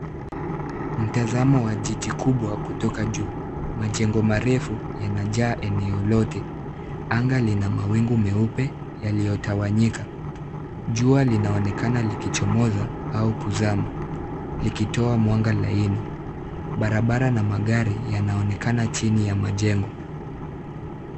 Mtazamo wa jiji kubwa kutoka juu. Majengo marefu yananjaa eneo lolote. Anga lina mawingu meupe yaliyotawanyika. Jua linaonekana likichomoza au kuzaa likitoa mwanga laini. Barabara na magari yanaonekana chini ya majengo.